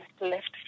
left